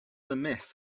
amiss